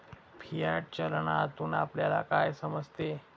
Fiat चलनातून आपल्याला काय समजते?